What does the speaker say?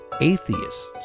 atheists